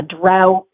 drought